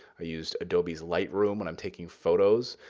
i used adobe's lightroom when i'm taking photos.